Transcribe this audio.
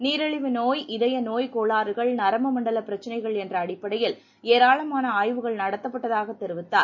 நீரிழிவு நோய் இதய நோய் கோளாறுகள் நரம்பு மண்டல பிரச்சனைகள் என்ற அடிப்படையில் ஏராளமான ஆய்வுகள் நடத்தப்பட்டதாக தெரிவித்தார்